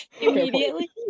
Immediately